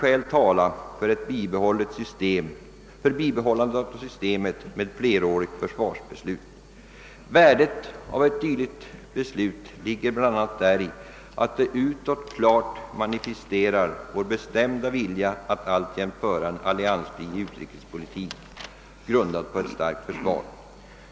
Det heter där: » Vi finner starka skäl tala för ett bibehållande av systemet med flerårigt försvarsbeslut. Värdet av ett dylikt beslut ligger bl.a. däri att det utåt klart manifesterar vår bestämda vilja att alltjämt föra en alliansfri utrikespolitik, grundad på ett starkt försvar.